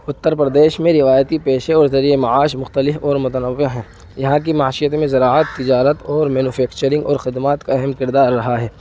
اتر پردیش میں روایتی پیشے اور ذریعہ معاش مختلف اور متنوع ہیں یہاں کی معشیت میں زراعت تجارت اور مینوفیکچرنگ اور خدمات کا اہم کردار رہا ہے